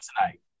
tonight